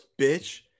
bitch